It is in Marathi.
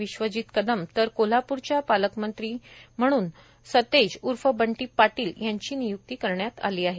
विश्वजीत कदम तर कोल्हापूरच्या पालकमंत्री म्हणून सतेज ऊर्फ बंटी पाटील यांची निय्क्ती करण्यात आली आहे